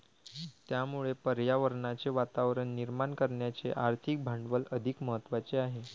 त्यामुळे पर्यावरणाचे वातावरण निर्माण करण्याचे आर्थिक भांडवल अधिक महत्त्वाचे आहे